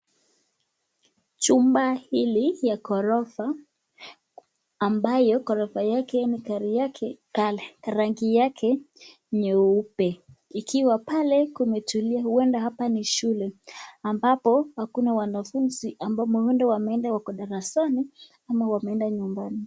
Chumba hili ya ghorofa ambayo ghorofa yake na rangi yake nyeupe, ikiwa pale kumetulia huenda hapa ni shule ambapo hakuna wanafunzi, huenda wameenda darasani ama wameenda nyumbani.